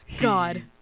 God